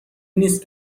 نیس